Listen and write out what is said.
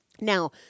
Now